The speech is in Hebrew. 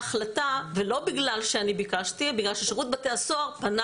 ולא בגלל שאני ביקשתי אלא בגלל ששירות בתי הסוהר פנה